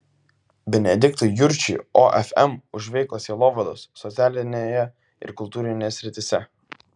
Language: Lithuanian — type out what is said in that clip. benediktui jurčiui ofm už veiklą sielovados socialinėje ir kultūrinėje srityse